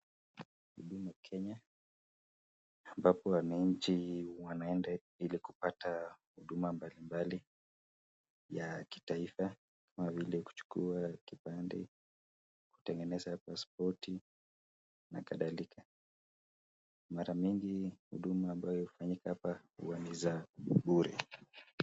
Huduma Kenya ambapo wananchi wanaenda ili kupata huduma mbalimbali ya kitaifa kama vile kuchukua kipande, kutengeneza pasipoti na kadhalika. Mara mingi huduma ambayo hufanyika hapa huwa ni za bure